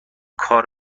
کار